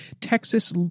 Texas